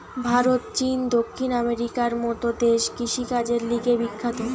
ভারত, চীন, দক্ষিণ আমেরিকার মত দেশ কৃষিকাজের লিগে বিখ্যাত